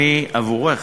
עבורך,